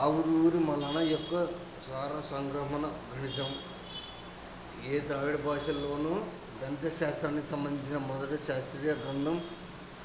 పావులూరి మల్లన యొక్క సార సంక్రమణ గణితం ఏ ద్రావిడ భాషలోను గణిత శాస్త్రానికి సంబంధించిన మొదటి శాస్త్రీయ గ్రంథం